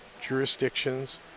jurisdictions